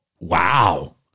wow